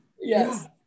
yes